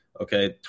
okay